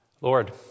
Lord